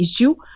issue